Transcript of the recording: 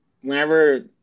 whenever